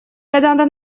канада